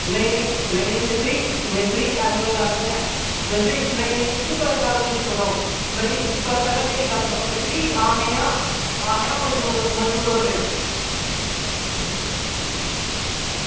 नेईं नेईं मिस्तरी ऐसी कोई गल्ल निं ऐ नेईं नेईं मिस्तरी तुस गल्ल मेरी सुनो तुस मेरी गल्ल सुनो मिस्तरी अस एह् आं अस आं मजदूर बंदे